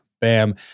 bam